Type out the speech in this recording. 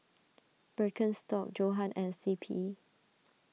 Birkenstock Johan and C P